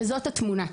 וזאת התמונה.